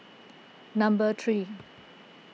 number three